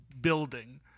building